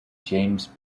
james